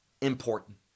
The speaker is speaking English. important